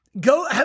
Go